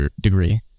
degree